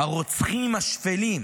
הרוצחים השפלים,